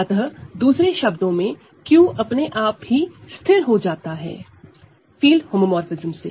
अतः दूसरे शब्दों में Q अपने आप ही स्थिर हो जाता है फील्ड होमोमोरफ़िज्म से